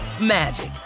magic